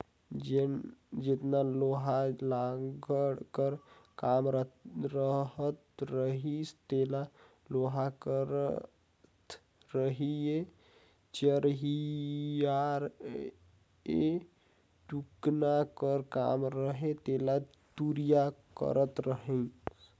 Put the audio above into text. जेतना लोहा लाघड़ कर काम रहत रहिस तेला लोहार करत रहिसए चरहियाए टुकना कर काम रहें तेला तुरिया करत रहिस